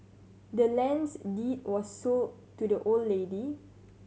the land's deed was sold to the old lady